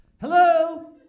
Hello